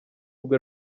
rwe